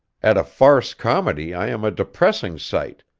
at a farce comedy i am a depressing sight,